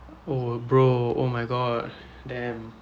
oh bro oh my god damn